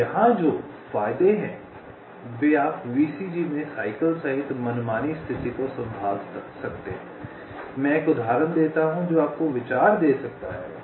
अब यहां जो फायदे हैं वे आप VCG में साइकिल सहित मनमानी स्थिति को संभाल सकते हैं मैं एक उदाहरण देता हूँ जो आपको विचार दे सकता है